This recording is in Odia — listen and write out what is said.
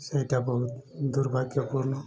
ସେଇଟା ବହୁତ ଦୁର୍ଭାଗ୍ୟପୂର୍ଣ୍ଣ